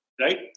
right